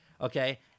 okay